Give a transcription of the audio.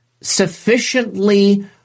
sufficiently